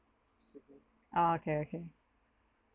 oh okay okay